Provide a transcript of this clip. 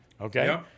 okay